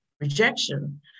rejection